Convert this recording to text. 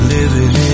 Living